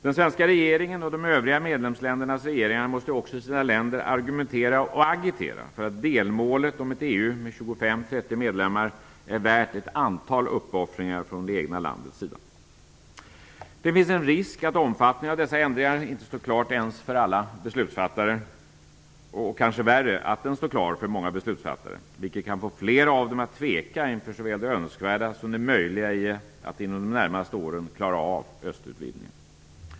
Den svenska regeringen och de övriga medlemsländernas regeringar måste också i sina länder argumentera och agitera för att delmålet om ett EU med 25-30 medlemmar är värt ett antal uppoffringar från det egna landets sida. Det finns en risk att omfattningen av dessa ändringar inte står klar ens för alla beslutsfattare och - kanske värre - att den står klar för många beslutsfattare, vilket kan få flera av dem att tveka inför såväl det önskvärda som det möjliga i att inom de närmaste åren klara av östutvidgningen.